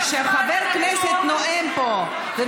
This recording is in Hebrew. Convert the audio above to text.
אני